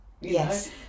Yes